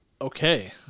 Okay